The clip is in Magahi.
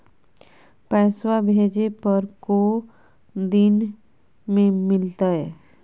पैसवा भेजे पर को दिन मे मिलतय?